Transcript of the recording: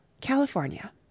California